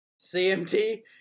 CMT